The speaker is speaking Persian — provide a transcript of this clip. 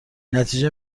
نتیجه